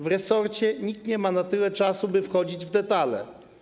W resorcie nikt nie ma na tyle czasu, by wchodzić w detale.